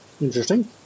Interesting